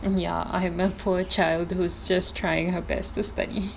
and ya I have my poor child who's just trying her best to study